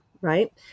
right